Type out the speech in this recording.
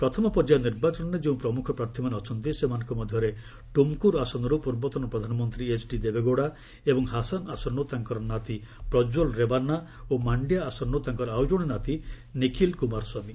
ପ୍ରଥମ ପର୍ଯ୍ୟାୟ ନିର୍ବାଚନରେ ଯେଉଁ ପ୍ରମୁଖ ପ୍ରାର୍ଥୀମାନେ ଅଛନ୍ତି ସେମାନଙ୍କ ମଧ୍ୟରେ ଟୁମ୍କୁର ଆସନରୁ ପୂର୍ବତନ ପ୍ରଧାନମନ୍ତ୍ରୀ ଏଚ୍ଡି ଦେବେଗୌଡ଼ା ଏବଂ ହାସାନ୍ ଆସନରୁ ତାଙ୍କର ନାତି ପ୍ରକ୍ୱଲ ରେବାନ୍ନା ଓ ମାଶ୍ୟା ଆସନରୁ ତାଙ୍କର ଆଉ ଜଣେ ନାତି ନିଖିଲ କୁମାର ସ୍ୱାମୀ